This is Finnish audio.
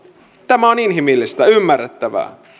tämä on inhimillistä ymmärrettävää